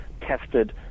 tested